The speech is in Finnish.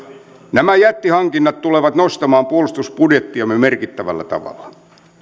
nämä jättihankinnat tulevat nostamaan puolustusbudjettiamme merkittävällä tavalla